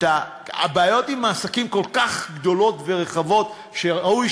הבעיות עם העסקים כל כך גדולות ורחבות שראוי